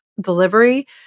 delivery